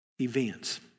events